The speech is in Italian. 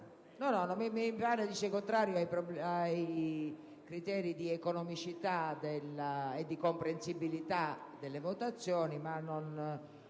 *(PD)*. Mi pare che sia contraria ai criteri di economicità e di comprensibilità delle votazioni, ma non